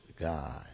God